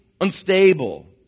unstable